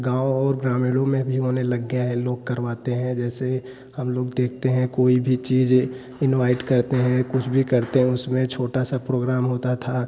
गाँव और ग्रामीणों में भी होने लग गया है लोग करवाते हैं जैसे हम लोग देखते हैं कोई भी चीज़ इनवाइट करते हैं कुछ भी करते हैं उसमें छोटा सा प्रोग्राम होता था